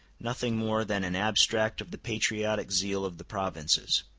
nothing more than an abstract of the patriotic zeal of the provinces.